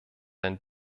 ein